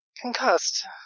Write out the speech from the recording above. Concussed